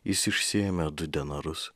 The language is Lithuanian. jis išsiėmė du denarus